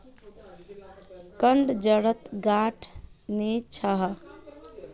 कंद जड़त गांठ नी ह छ